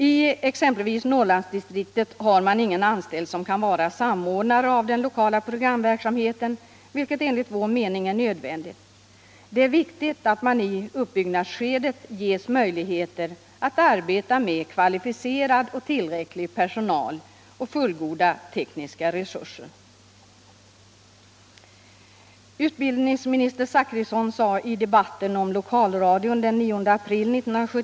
I exempelvis Norrlandsdistriktet har man ingen anställd som kan vara samordnare av den lokala programverksamheten. vilket enligt vår mening är nödvändigt. Det är viktigt att man i uppbyggnadsskedet får möjligheter att arbeta med kva Hificerad och tillräcklig personal och fullgoda tekniska resurser.